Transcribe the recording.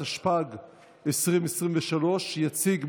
התשפ"ג 2023. יציג,